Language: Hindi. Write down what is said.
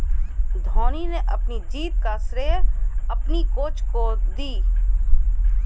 धोनी ने अपनी जीत का श्रेय अपने कोच को दी